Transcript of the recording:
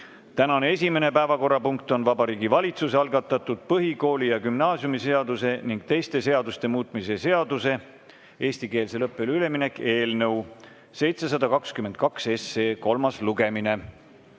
Tänane esimene päevakorrapunkt on Vabariigi Valitsuse algatatud põhikooli‑ ja gümnaasiumiseaduse ning teiste seaduste muutmise seaduse (eestikeelsele õppele üleminek) eelnõu 722 kolmas lugemine.